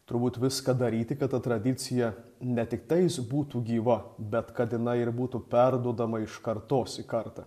turbūt viską daryti kad ta tradicija ne tiktai būtų gyva bet kad jinai ir būtų perduodama iš kartos į kartą